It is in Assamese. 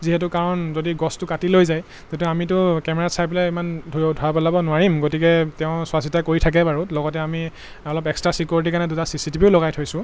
যিহেতু কাৰণ যদি গছটো কাটি লৈ যায় তেতিয়া আমিতো কেমেৰাত চাই পেলাই ইমান ধৰিব ধৰা পেলাব নোৱাৰিম গতিকে তেওঁ চোৱা চিতা কৰি থাকে বাৰু লগতে আমি অলপ এক্সট্ৰা ছিকিউৰিটিৰ কাৰণে দুটা চি চি টি ভিও লগাই থৈছোঁ